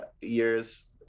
years